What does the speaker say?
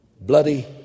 bloody